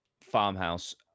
Farmhouse